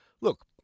Look